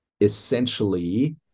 essentially